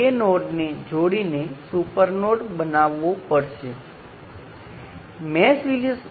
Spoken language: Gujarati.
અહીં શરૂઆતથી આપણે આ તમામ વોલ્ટેજ બરાબર સમાન દર્શાવ્યાં છે